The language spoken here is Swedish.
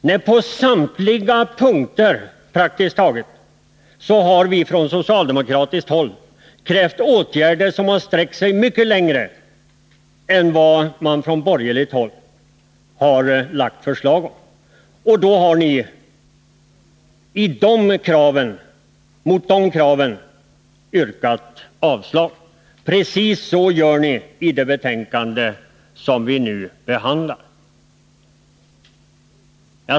Nej, på samtliga punkter, praktiskt taget, har vi från socialdemokratiskt håll krävt åtgärder som har sträckt sig mycket längre än vad man från borgerligt håll har lagt fram förslag om. Då har ni yrkat avslag på de kraven. Precis så gör ni i det betänkande som vi nu behandlar.